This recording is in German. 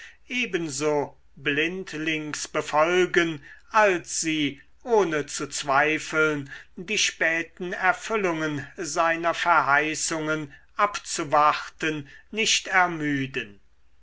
ebenso blindlings befolgen als sie ohne zu zweifeln die späten erfüllungen seiner verheißungen abzuwarten nicht ermüden